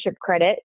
credit